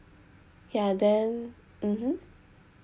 ya then mmhmm